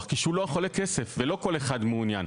כי שילוח עולה כסף ולא כול אחד מעוניין.